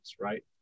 right